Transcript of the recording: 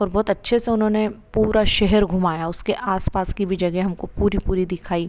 और बहुत अच्छे से उन्होंने पूरा शहर घुमाया उसके आस पास की भी जगह हमको पूरी पूरी दिखाई